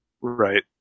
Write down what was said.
Right